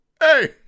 hey